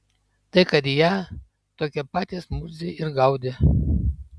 tai kad ją tokie patys murziai ir gaudė